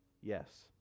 Yes